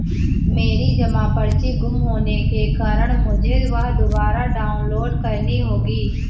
मेरी जमा पर्ची गुम होने के कारण मुझे वह दुबारा डाउनलोड करनी होगी